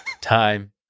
Time